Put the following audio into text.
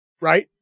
Right